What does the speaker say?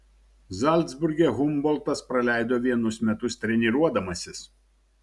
zalcburge humboltas praleido vienus metus treniruodamasis